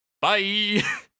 Bye